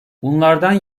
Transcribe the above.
bunlardan